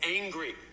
angry